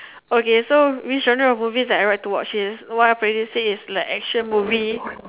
okay so which genre of movies I like to watch is actually like action movies